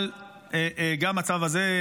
אבל גם הצו הזה,